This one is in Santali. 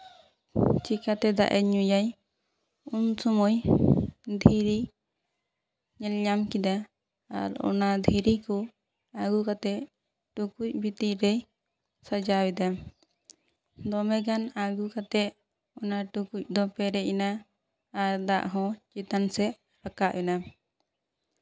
ᱪᱮᱠᱟᱛᱮ ᱫᱟᱜ ᱮᱭ ᱧᱩᱭᱟᱭ ᱩᱱ ᱥᱚᱢᱚᱭ ᱫᱷᱤᱨᱤ ᱧᱮᱞᱧᱟᱢ ᱠᱮᱫᱟ ᱟᱨ ᱚᱱᱟ ᱫᱷᱤᱨᱤ ᱠᱚ ᱟᱹᱜᱩ ᱠᱟᱛᱮᱫ ᱴᱩᱠᱩᱡ ᱵᱷᱤᱛᱤᱨ ᱨᱮᱭ ᱥᱟᱡᱟᱣᱮᱫᱟᱭ ᱫᱚᱢᱮ ᱜᱟᱱ ᱟᱹᱜᱩ ᱠᱟᱛᱮᱫ ᱚᱱᱟ ᱴᱩᱠᱩᱡ ᱫᱚ ᱯᱮᱨᱮᱡ ᱮᱱᱟ ᱟᱨ ᱫᱟᱜ ᱦᱚᱸ ᱪᱮᱛᱟᱱ ᱥᱮᱡ ᱨᱟᱠᱟᱵ ᱮᱱᱟ